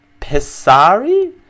pesari